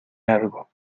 largo